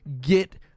get